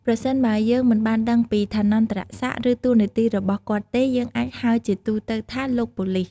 ប្រសិនបើយើងមិនបានដឹងពីឋានន្តរសក្ដិ ឬតួនាទីរបស់គាត់ទេ យើងអាចហៅជាទូទៅថា " លោកប៉ូលិស"។